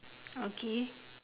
okay